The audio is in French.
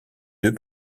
deux